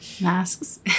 Masks